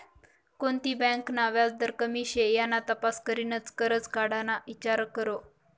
कोणती बँक ना व्याजदर कमी शे याना तपास करीनच करजं काढाना ईचार करो